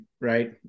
right